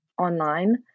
online